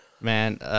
man